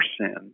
sin